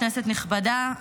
כנסת נכבדה,